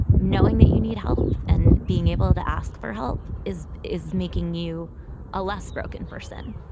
knowing that you need help and being able to ask for help is is making you a less broken person.